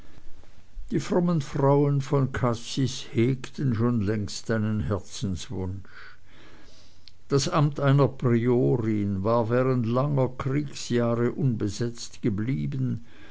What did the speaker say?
die frommen frauen von cazis hegten schon längst einen herzenswunsch das amt ihrer priorin war während langer kriegsjahre unbesetzt geblieben